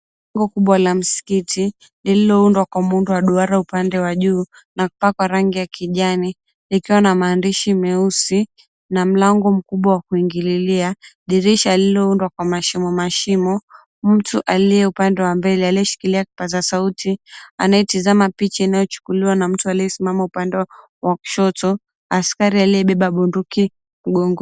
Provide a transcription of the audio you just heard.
Jengo kubwa la msikiti, lililoundwa kwa muundo wa duara upande wa juu, na kupakwa rangi ya kijani, likiwa na maandishi meusi, na mlango mkubwa wa kuingililia. Dirisha lililoundwa kwa mashimo mashimo, mtu aliye upande wa mbele, aliyeshikilia kipaza sauti, anayetizama picha inayochukuliwa na mtu aliyesimama upande wa kushoto. Askari aliyebeba bunduki mgongoni.